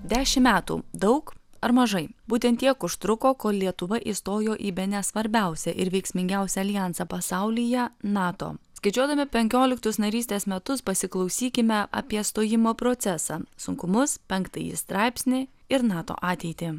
dešimt metų daug ar mažai būtent tiek užtruko kol lietuva įstojo į bene svarbiausią ir veiksmingiausią aljansą pasaulyje nato skaičiuodami penkioliktus narystės metus pasiklausykime apie stojimo procesą sunkumus penktąjį straipsnį ir nato ateitį